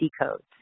codes